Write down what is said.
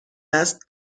است